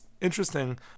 interesting